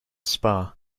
spa